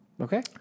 Okay